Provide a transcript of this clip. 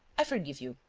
i forgive you.